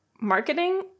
marketing